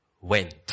Went